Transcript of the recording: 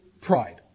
pride